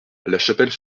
lachapelle